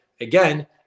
again